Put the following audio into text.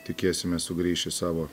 tikėsimės sugrįš į savo